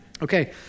Okay